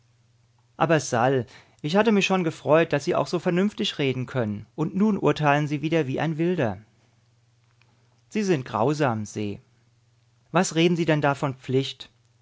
aber sal ich hatte mich schon gefreut daß sie auch so vernünftig reden können und nun urteilen sie wieder wie ein wilder sie sind grausam se was reden sie denn da von pflicht